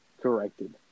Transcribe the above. corrected